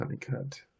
honeycut